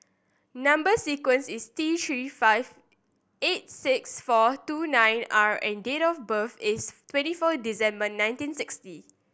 number sequence is T Three five eight six four two nine R and date of birth is twenty four December nineteen sixty